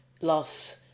loss